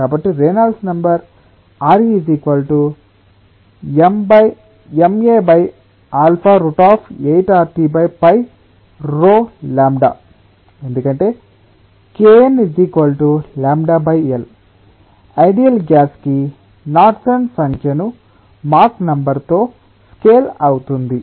కాబట్టి Re Ma α8RT𝜌𝜆 ఎందుకంటే kn L ideal gas కి నాడ్సెన్ సంఖ్యను మాక్ నెంబర్ తో స్కేల్ అవుతుంది